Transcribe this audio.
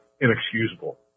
inexcusable